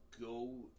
go